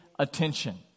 attention